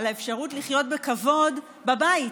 על האפשרות לחיות בכבוד בבית.